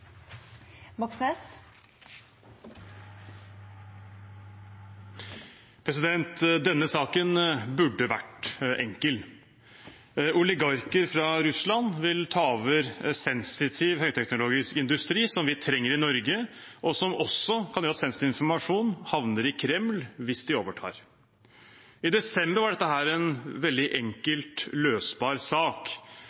Denne saken burde vært enkel. Oligarker fra Russland vil ta over sensitiv høyteknologisk industri som vi trenger i Norge, og som også kan gjøre at sensitiv informasjon havner i Kreml hvis de overtar. I desember var dette en veldig